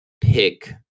pick